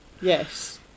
Yes